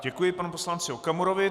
Děkuji panu poslanci Okamurovi.